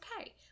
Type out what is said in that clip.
okay